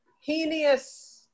heinous